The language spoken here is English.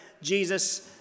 Jesus